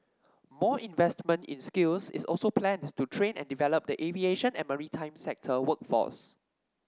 more investment in skills is also planned to train and develop the aviation and maritime sector workforce